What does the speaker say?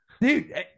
Dude